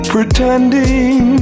Pretending